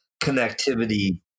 connectivity